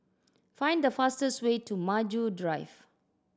find the fastest way to Maju Drive